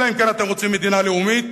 אלא אם כן אתם רוצים מדינה לאומית,